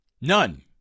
None